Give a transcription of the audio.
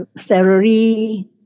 salary